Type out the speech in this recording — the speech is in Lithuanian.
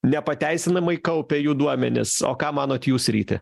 nepateisinamai kaupia jų duomenis o ką manot jūs ryti